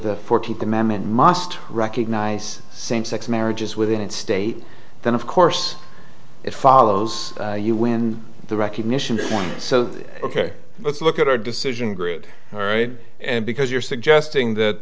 the fourteenth amendment must recognize same sex marriages within its state then of course it follows you when the recognition so ok let's look at our decision grid all right and because you're suggesting that